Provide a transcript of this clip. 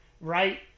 right